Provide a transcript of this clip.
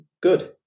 Good